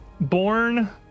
born